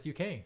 uk